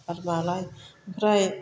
आरमालाय आमफ्राय